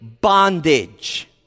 bondage